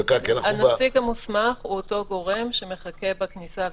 הנציג המוסמך הוא אותו גורם שמחכה בכניסה.